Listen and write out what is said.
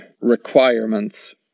requirements